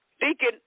Deacon